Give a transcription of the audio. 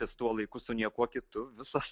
nes tuo laiku su niekuo kitu visos